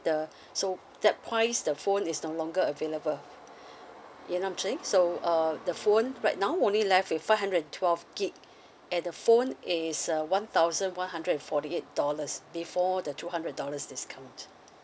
the so that points the phone is no longer available um so um the phone right now only left with five hundred and twelve gigabyte and the phone is uh one thousand one hundred and forty eight dollars before the two hundred dollars discount